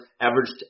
averaged